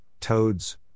toads